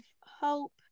hope